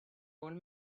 old